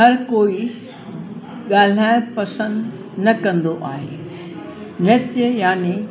हर कोई ॻाल्हाइण पसंदि न कंदो आहे नृत यानि